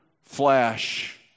flash